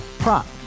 Prop